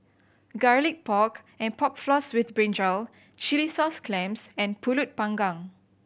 Garlic Pork and Pork Floss with brinjal chilli sauce clams and Pulut Panggang